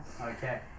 Okay